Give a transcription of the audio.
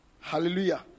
Hallelujah